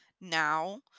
now